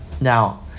Now